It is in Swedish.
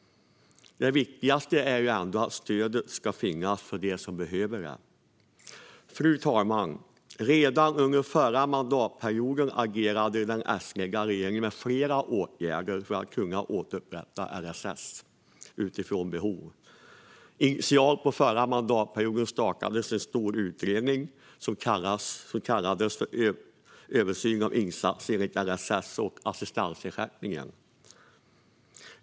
Det viktigaste är ändå att stödet ska finnas för dem som behöver det. Fru talman! Redan under den förra mandatperioden vidtog den S-ledda regeringen flera åtgärder för att återupprätta LSS utifrån behov. Initialt under den förra mandatperioden startades en stor utredning som resulterade i betänkandet Översyn av insatser enligt LSS och assistansersättningen .